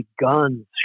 Guns